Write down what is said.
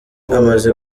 amaze